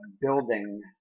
building